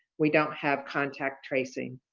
we don't have contact tracing.